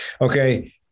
Okay